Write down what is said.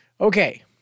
Okay